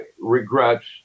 regrets